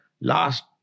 last